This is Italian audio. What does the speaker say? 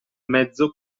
mezzo